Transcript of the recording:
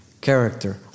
character